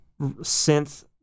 synth